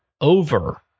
over